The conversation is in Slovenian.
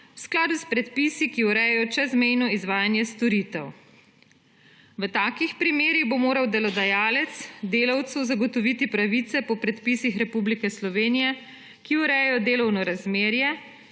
v skladu s predpisi, ki urejajo čezmejno izvajanje storitev. V takih primerih bo moral delodajalec delavcu zagotoviti pravice po predpisih Republike Slovenije, ki urejajo delovno razmerje,